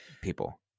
people